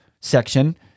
section